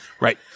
Right